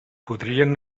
podrien